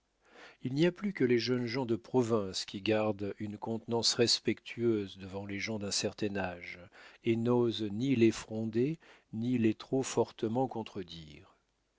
il n'y a plus que les jeunes gens de province qui gardent une contenance respectueuse devant les gens d'un certain âge et n'osent ni les fronder ni les trop fortement contredire